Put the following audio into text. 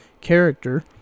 character